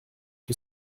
que